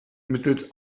mittels